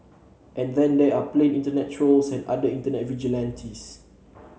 and then there are the plain internet trolls and other internet vigilantes